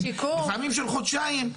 לפעמים של חודשיים.